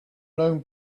known